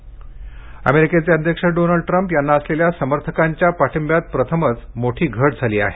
Donald Trump अमेरिकेचे अध्यक्ष Donald Trump यांना असलेल्या समर्थकांच्या पाठींब्यात प्रथमच मोठी घा झाली आहे